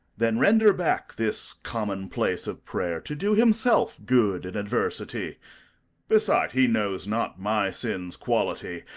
then render back this common place of prayer, to do himself good in adversity beside he knows not my sins' quality,